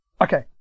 Okay